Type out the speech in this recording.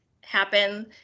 happen